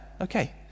okay